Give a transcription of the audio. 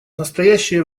настоящее